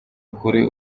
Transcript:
kuri